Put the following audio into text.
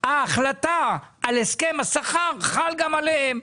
ההחלטה על הסכם השכר חל גם עליהם,